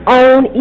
own